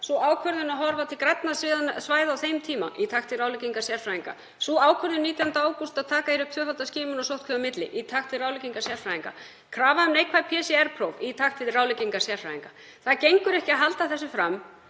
Sú ákvörðun að horfa til grænna svæða á þeim tíma — í takt við ráðleggingar sérfræðinga. Sú ákvörðun 19. ágúst að taka upp tvöfalda skimun og sóttkví á milli — í takt við ráðleggingar sérfræðinga. Krafa um neikvæð PCR-próf — í takt við ráðleggingar sérfræðinga. Það gengur ekki að halda einhverju fram